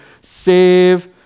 save